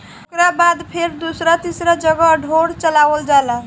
ओकरा बाद फेर दोसर तीसर जगह ढोर चरावल जाला